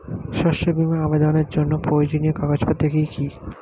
শস্য বীমা আবেদনের জন্য প্রয়োজনীয় কাগজপত্র কি কি?